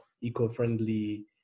eco-friendly